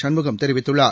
சண்முகம் தெரிவித்துள்ளார்